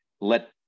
let